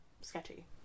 sketchy